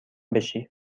بشی